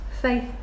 faith